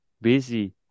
busy